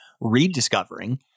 rediscovering